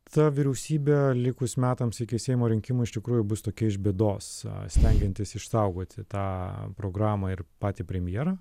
ta vyriausybė likus metams iki seimo rinkimų iš tikrųjų bus tokia iš bėdos stengiantis išsaugoti tą programą ir patį premjerą